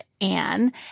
Anne